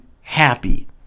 happy